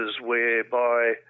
whereby